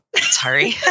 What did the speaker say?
Sorry